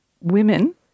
women